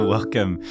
Welcome